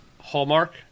Hallmark